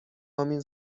امین